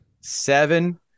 Seven